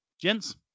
gents